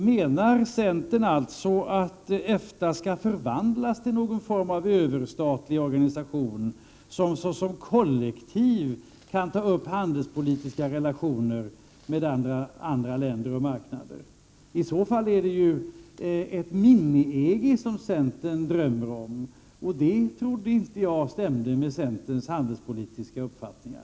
Menar centern alltså att EFTA skall förvandlas till någon form av överstatlig organisation, som såsom kollektiv kan ta upp handelspolitiska relationer med andra länder och marknader? I så fall är det ett mini-EG som centern drömmer om, och det trodde jag inte stämde med centerns handelspolitiska uppfattningar.